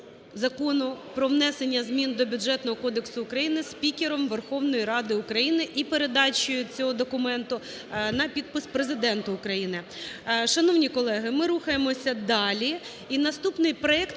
Закону "Про внесення змін до Бюджетного кодексу України" спікером Верховної Ради України і передачею цього документа на підпис Президенту України. Шановні колеги, ми рухаємося далі. І наступний: проект